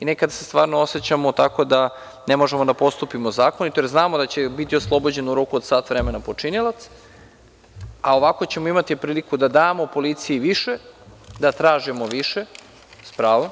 Nekad se stvarno osećamo tako da ne možemo da postupimo zakonito, jer znamo da će biti oslobođen u roku od sat vremena počinilac, a ovako ćemo imati priliku da damo policiji više, da tražimo više s pravom,